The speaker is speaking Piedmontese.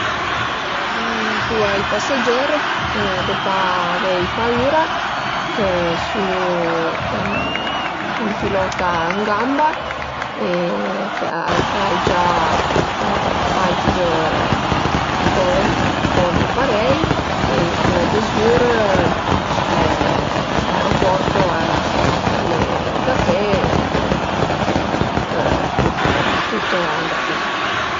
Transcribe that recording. Alura dizu ai paseger dë pa avei paüra chë siu ën pilota ën gamba e chë l'ai gia fait dë voli parei e chë dëzgür l'aeroporto al e dapé e che tut tüt andrà bin